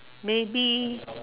maybe